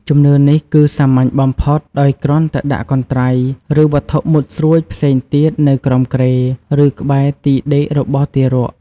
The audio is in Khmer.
ជំនឿនេះគឺសាមញ្ញបំផុត ដោយគ្រាន់តែដាក់កន្ត្រៃ ឬវត្ថុមុតស្រួចផ្សេងទៀតនៅក្រោមគ្រែ ឬក្បែរទីដេករបស់ទារក